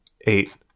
Eight